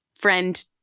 friend